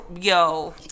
yo